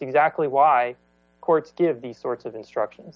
exactly why courts give the sorts of instruction